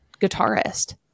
guitarist